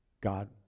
God